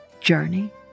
Journey